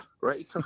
right